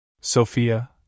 Sophia